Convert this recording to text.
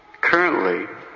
Currently